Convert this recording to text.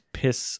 piss